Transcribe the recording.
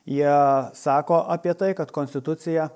jie sako apie tai kad konstitucija